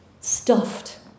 stuffed